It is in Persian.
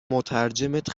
مترجمت